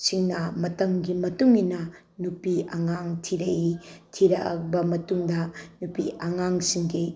ꯁꯤꯡꯅ ꯃꯇꯝꯒꯤ ꯃꯇꯨꯡꯏꯟꯅ ꯅꯨꯄꯤ ꯑꯉꯥꯡ ꯊꯤꯔꯛꯏ ꯊꯤꯔꯛꯑꯕ ꯃꯇꯨꯡꯗ ꯅꯨꯄꯤ ꯑꯉꯥꯡꯁꯤꯡꯒꯤ